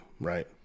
right